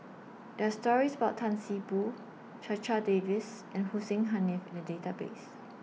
There Are stories about Tan See Boo Checha Davies and Hussein Haniff in The Database